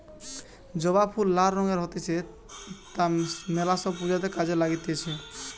জবা ফুল লাল রঙের হতিছে তা মেলা সব পূজাতে কাজে লাগতিছে